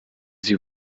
sie